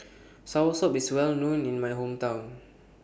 Soursop IS Well known in My Hometown